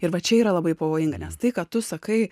ir va čia yra labai pavojinga nes tai ką tu sakai